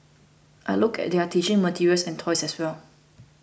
I looked at their teaching materials and toys as well